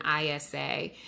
ISA